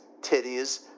titties